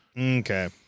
Okay